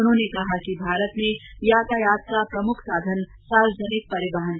उन्होंने कहा कि भारत में यातायात का प्रमुख साधन सार्वजनिक परिवहन होगा